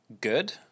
good